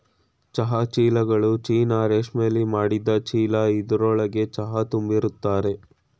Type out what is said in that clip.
ಚಹಾ ಚೀಲ್ಗಳು ಚೀನಾ ರೇಶ್ಮೆಲಿ ಮಾಡಿದ್ ಚೀಲ ಇದ್ರೊಳ್ಗೆ ಚಹಾ ತುಂಬಿರ್ತರೆ